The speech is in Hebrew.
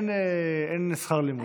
אין שכר לימוד, ישר.